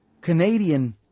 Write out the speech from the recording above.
Canadian